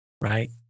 right